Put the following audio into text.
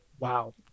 Wow